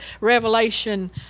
Revelation